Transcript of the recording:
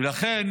לכן